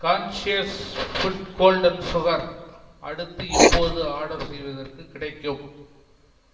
conscious food golden sugar அடுத்து எப்போது order செய்வதற்குக் கிடைக்கும்